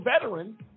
veteran